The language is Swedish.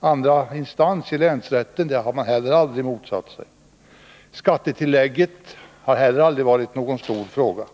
Att tillämpningen av lagen skall ligga i andra instans, i länsrätten, har det inte heller tidigare rått delade meningar om. Skattetillägget har heller aldrig varit någon stor fråga.